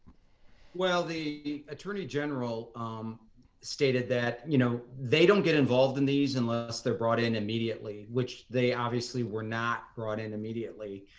well, the attorney general um stated that, you know, they don't get involved in these unless they're brought in immediately, which they obviously were not brought in immediately.